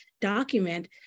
document